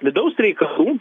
vidaus reikalų